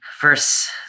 Verse